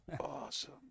Awesome